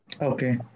okay